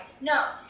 No